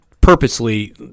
purposely